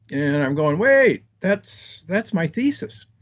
and i'm going, wait, that's that's my thesis.